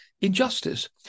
injustice